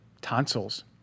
tonsils